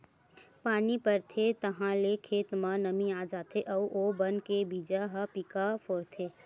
पानी परथे ताहाँले खेत म नमी आ जाथे अउ ओ बन के बीजा ह पीका फोरथे